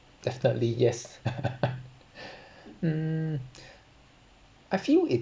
definitely yes mm I feel it